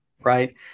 right